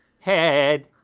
head!